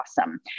awesome